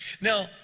Now